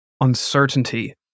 uncertainty